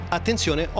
attenzione